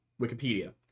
Wikipedia